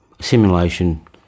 Simulation